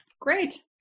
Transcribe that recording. Great